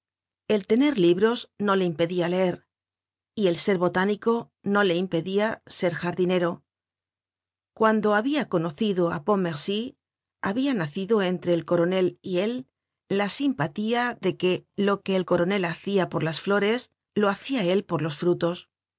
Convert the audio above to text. el tener libros no le impedia leer y el ser botánico no le impedia ser jardinero cuando habia conocido á pontmercy habia nacido entre el coronel y él la simpatía de que lo que el content from google book search generated at coronel hacia por las flores lo hacia él por los frutos